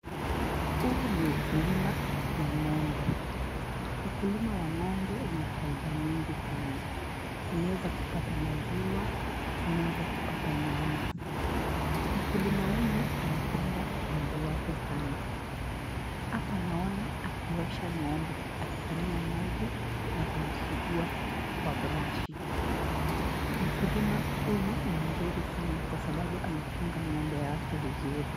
Huu ni ukulima wa ng'ombe. Ukulima wa ng'ombe una faida mingi sana. Unaweza kupata maziwa, unaweza kupata nyama. Mkulima huyu anapenda ng'ombe wake sana. Hapa naona akiosha ng'ombe akitumia maji na kumsua kwa brashi. Mkulima huyu ni mzuri sana kwa sababu anachunga ng'ombe wake vizuri.